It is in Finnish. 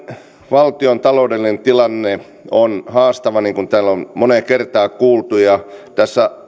valtion taloudellinen tilanne on haastava niin kuin täällä on moneen kertaan kuultu ja tässä